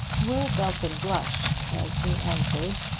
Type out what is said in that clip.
will belton blushed as he answered,